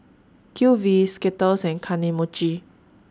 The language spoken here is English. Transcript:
Q V Skittles and Kane Mochi